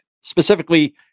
specifically